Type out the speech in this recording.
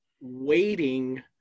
waiting